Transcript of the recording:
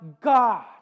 God